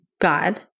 God